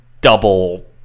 double